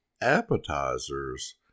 appetizers